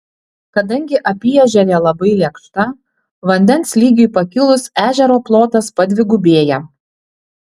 kadangi apyežerė labai lėkšta vandens lygiui pakilus ežero plotas padvigubėja